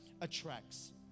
attracts